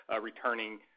returning